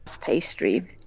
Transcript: pastry